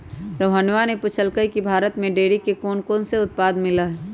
रोहणवा ने पूछल कई की भारत में डेयरी के कौनकौन से उत्पाद मिला हई?